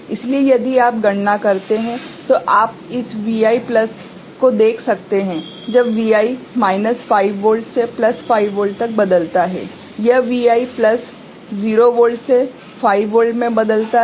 इसलिए यदि आप गणना करते हैं तो आप इस Vi प्लस को देख सकते हैं जब Vi माइनस 5 वोल्ट से प्लस 5 वोल्ट तक बदलता है यह Vi प्लस 0 वोल्ट से 5 वोल्ट में बदलता है